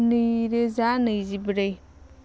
नैरोजा नैजिब्रै